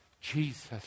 Jesus